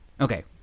Okay